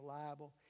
reliable